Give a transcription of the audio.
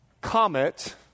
Comet